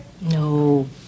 No